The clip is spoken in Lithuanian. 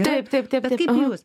vyrą bet kaip jūs